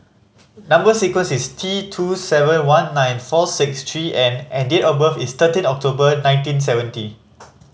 number sequence is T two seven one nine four six three N and date of birth is thirteen October nineteen seventy